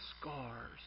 scars